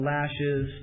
Lashes